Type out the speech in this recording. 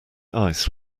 ice